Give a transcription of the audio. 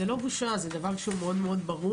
זו לא בושה, זה דבר מאוד ברור.